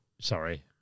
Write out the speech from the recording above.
sorry